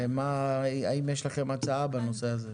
האם יש לכם הצעה בנושא הזה?